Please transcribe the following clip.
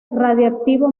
radiactivo